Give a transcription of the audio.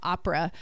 Opera